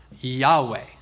Yahweh